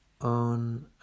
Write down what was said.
on